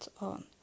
on